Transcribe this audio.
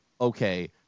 okay